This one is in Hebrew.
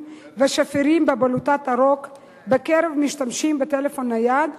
ושפירים בבלוטת הרוק בקרב משתמשים בטלפון נייד.